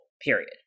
Period